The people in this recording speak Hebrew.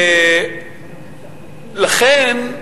לכן,